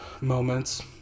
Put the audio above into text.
moments